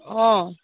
অঁ